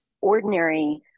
ordinary